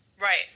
Right